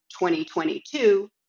2022